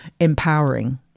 empowering